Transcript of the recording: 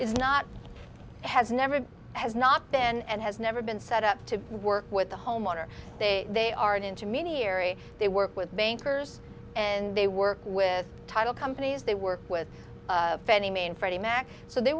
is not has never has not been and has never been set up to work with the homeowner they they are an intermediary they work with bankers and they work with title companies they work with fannie mae and freddie mac so they